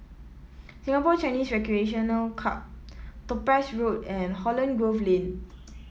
Singapore Chinese Recreation Club Topaz Road and Holland Grove Lane